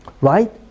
right